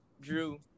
Drew